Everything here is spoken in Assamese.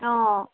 অঁ